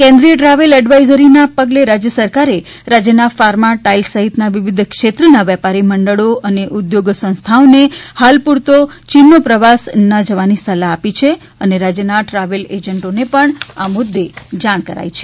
કેન્દ્રિય ટ્રાવેલ એડવાઇઝરીના પગલે રાજ્ય સરકારે રાજ્યના ફાર્મા ટાઇલ્સ સહિત વિવિધ ક્ષેત્રના વેપારી મંડળો અને ઉદ્યોગ સંસ્થાઓને હાલ પૂરતા ચીનનો પ્રવાસ ન કરવા સલાહ આપી છે અને રાજ્યના ટ્રાવેલ્સ એજન્ટોને પણ આ મુદ્દે જાણ કરાઈ છે